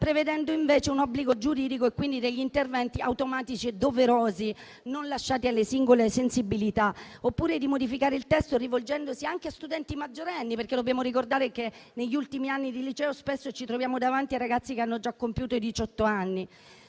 prevedendo invece un obbligo giuridico e, quindi, degli interventi automatici e doverosi, non lasciati alle singole sensibilità. Avevamo chiesto di modificare il testo rivolgendoci anche a studenti maggiorenni; dobbiamo ricordare infatti che negli ultimi anni di liceo spesso ci troviamo davanti a ragazzi che hanno già compiuto i diciotto